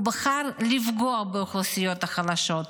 הוא בחר לפגוע באוכלוסיות החלשות,